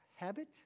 habit